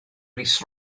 rhys